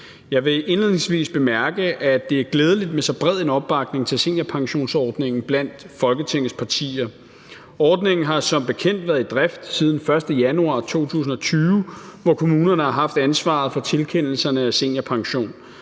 Jeg vil indledningsvis bemærke, at det er glædeligt med så bred en opbakning til seniorpensionsordningen blandt Folketingets partier. Ordningen har som bekendt været i drift siden den 1. januar 2020, hvor kommunerne har haft ansvaret for tilkendelserne af seniorpension,